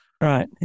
Right